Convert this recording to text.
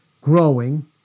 growing